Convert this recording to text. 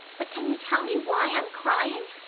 but can you tell me why i'm crying?